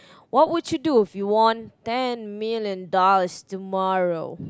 what would you do if you won ten million dollars tomorrow